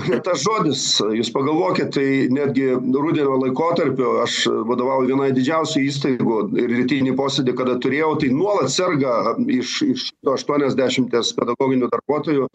ne tas žodis jūs pagalvokit tai netgi rudenio laikotarpiu aš vadovauju vienai didžiausių įstaigų ir rytinį posėdį kada turėjau tai nuolat serga iš iš aštuoniasdešimties pedagoginių darbuotojų